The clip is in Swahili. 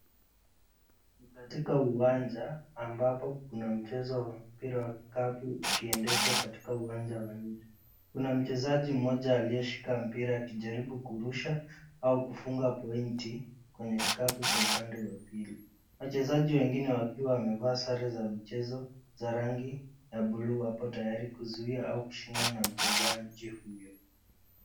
Katika uwanja ambapo kuna mchezo wa mpira wa vikapu ukiendeshwa katika uwanja. Kuna mchezaji mmoja aliyeshika mpira akijaribu kurusha au kufunga pointi kwenye kikapu cha upande wa pili. Wachezaji wengine wakiwa wamevaa sare za michezo za rangi ya buluu wako tayari kuzuia au kushindana na mchezaji huyo.